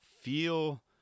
feel